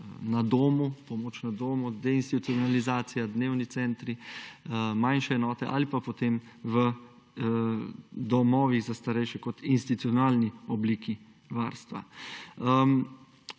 je to pomoč na domu, deinstitucionalizacija, dnevni centri, manjše enote ali pa potem v domovih za starejše kot institucionalni obliki varstva.